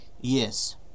yes